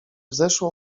wzeszło